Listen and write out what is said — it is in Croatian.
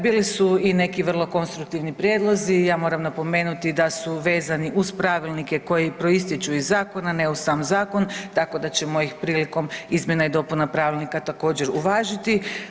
Bili su i neki vrlo konstruktivni prijedlozi, ja moram napomenuti da su vezani uz pravilnike koji proističu iz zakona ne u sam zakon, tako da ćemo ih prilikom izmjena i dopuna pravilnika također uvažiti.